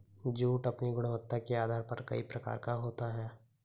jute अपनी गुणवत्ता के आधार पर कई प्रकार का होता है